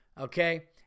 Okay